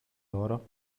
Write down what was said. loro